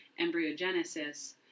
embryogenesis